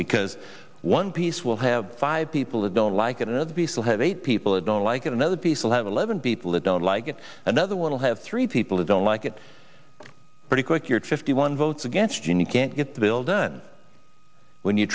because one piece will have five people that don't like it and be still have eight people who don't like it another piece will have eleven people that don't like it another will have three people who don't like it pretty quick you're to fifty one votes against jim you can't get the bill done when you